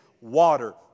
water